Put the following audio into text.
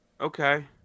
Okay